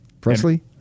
Presley